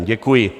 Děkuji.